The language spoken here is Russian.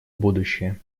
будущее